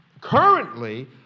Currently